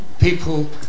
people